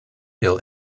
feel